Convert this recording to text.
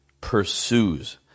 pursues